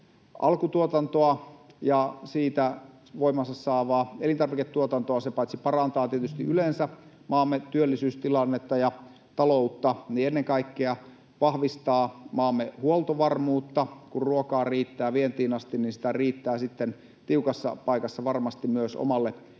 alkutuotantoa ja siitä voimansa saavaa elintarviketuotantoa, se paitsi parantaa tietysti yleensä maamme työllisyystilannetta ja taloutta myös ennen kaikkea vahvistaa maamme huoltovarmuutta. Kun ruokaa riittää vientiin asti, niin sitä riittää sitten tiukassa paikassa varmasti myös omalle väestöllemme.